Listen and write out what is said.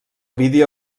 vídeo